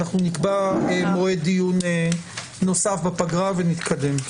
אנחנו נקבע מועד דיון נוסף בפגרה ונתקדם.